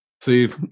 See